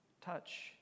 touch